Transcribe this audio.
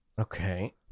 Okay